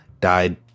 died